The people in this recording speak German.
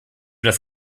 das